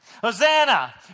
Hosanna